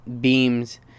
beams